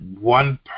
one